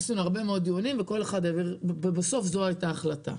עשינו הרבה מאוד דיונים ובסוף זו הייתה ההחלטה.